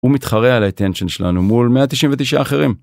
הוא מתחרה על האטנשן שלנו מול 199 אחרים.